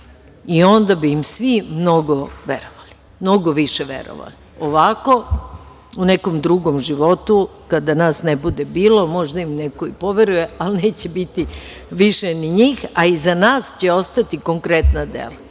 i onda bi im svi mnogo verovali. Mnogo više verovali. Ovako, u nekom drugom životu kada nas ne bude bilo možda im neko i poveruje, ali neće biti više ni njih, a iza nas će ostati konkretna ideja.